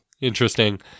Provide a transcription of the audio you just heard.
Interesting